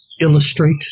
illustrate